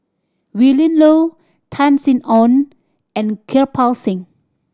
Willin Low Tan Sin Aun and Kirpal Singh